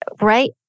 right